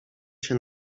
się